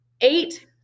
Eight